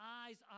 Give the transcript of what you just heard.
eyes